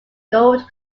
gold